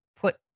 put